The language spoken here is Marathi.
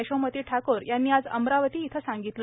यशोमती ठाकर यांनी आज अमरावती इथे सांगितले